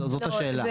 זאת השאלה.